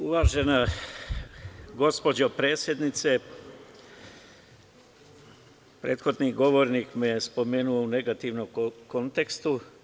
Uvažena gospođo predsednice, prethodni govornik me je spomenuo u negativnom kontekstu.